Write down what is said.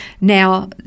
Now